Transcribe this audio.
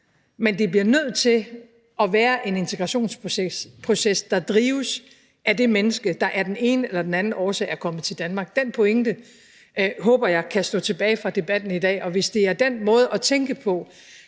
men det bliver nødt til at være en integrationsproces, der drives af det menneske, der af den ene eller den anden årsag er kommet til Danmark. Den pointe håber jeg kan stå tilbage fra debatten i dag. Og hvis det er den måde at tænke på,